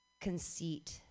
conceit